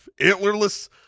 antlerless